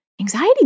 Anxiety